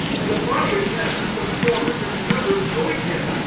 and a body of men, some four hundred in number, joined him.